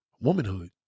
womanhood